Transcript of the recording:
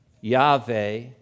Yahweh